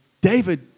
David